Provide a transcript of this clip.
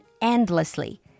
endlessly